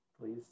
please